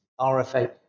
RFA